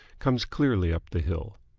comes clearly up the hill.